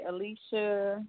Alicia